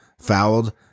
fouled